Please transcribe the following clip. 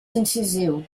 incisiu